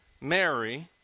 Mary